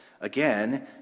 Again